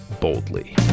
boldly